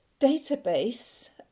database